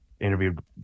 interviewed